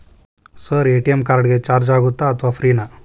Sir ATM card ಗೆ charge ಆಗುತ್ತಾ ಅಥವಾ ಫ್ರೇ ನಾ?